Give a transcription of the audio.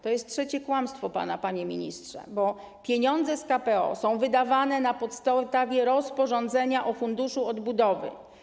To jest trzecie kłamstwo pana, panie ministrze, bo pieniądze z KPO są wydawane na podstawie rozporządzenia o Funduszu Odbudowy.